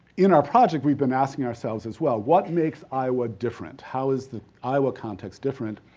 in our project we've been asking ourselves as well, what makes iowa different, how is the iowa context different?